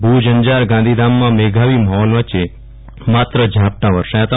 ભુજ અંજાર ગાંધીધામમાં મેઘાવી માહોલ હતો માત્ર ઝાપટા વરસસ્યા હતા